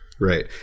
Right